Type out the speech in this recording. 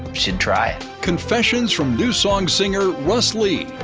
should try it. confessions from newsong singer, russ lee.